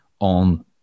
on